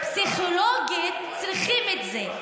פסיכולוגית צריכים את זה.